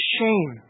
shame